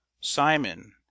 simon